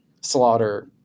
slaughter